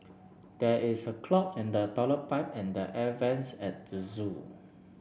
there is a clog in the toilet pipe and the air vents at the zoo